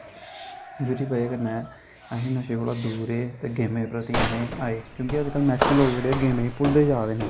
जेह्दी वजह कन्नै अहें नशे कोला दूर रेह् ते गेमें दे प्रति अहें आए क्योंकि अज्ज कल मैक्सीमम लोग जेह्ड़े गेमें ई भुल्लदे जा दे न